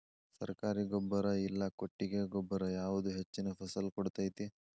ಸರ್ಕಾರಿ ಗೊಬ್ಬರ ಇಲ್ಲಾ ಕೊಟ್ಟಿಗೆ ಗೊಬ್ಬರ ಯಾವುದು ಹೆಚ್ಚಿನ ಫಸಲ್ ಕೊಡತೈತಿ?